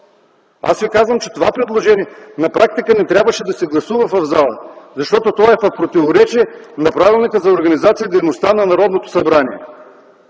Казвам Ви: това предложение на практика не трябваше да се гласува в залата! То е в противоречие с Правилника за организацията и дейността на Народното събрание.